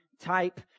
type